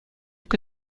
que